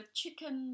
chicken